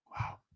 Wow